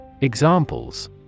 Examples